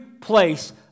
place